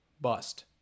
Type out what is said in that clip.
bust